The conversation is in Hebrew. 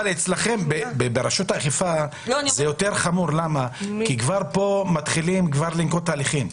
ברשות האכיפה זה יותר חמור כי כבר כאן מתחילים לנקוט הליכים.